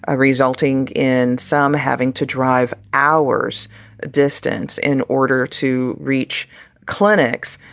ah resulting in some having to drive hours distance in order to reach clinics.